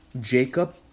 Jacob